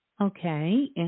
Okay